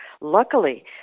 Luckily